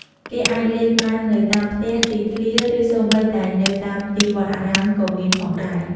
គេអាចលេងបាននៅតាមផ្ទះ ទីធ្លា ឬសូម្បីតែនៅតាមទីវត្តអារាមក៏មានផងដែរ។